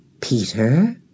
Peter